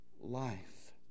life